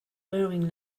wearing